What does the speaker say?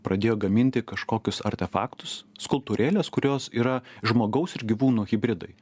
pradėjo gaminti kažkokius artefaktus skulptūrėles kurios yra žmogaus ir gyvūno hibridai